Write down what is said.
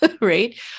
right